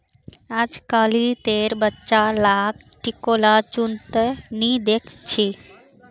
अजकालितेर बच्चा लाक टिकोला चुन त नी दख छि